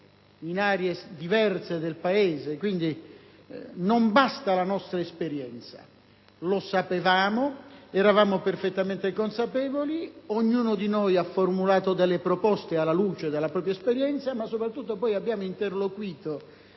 in aree diverse del Paese. Quindi non basta la nostra esperienza; lo sapevamo, eravamo perfettamente consapevoli e ognuno di noi ha formulato delle proposte alla luce della propria esperienza, ma soprattutto abbiamo poi interloquito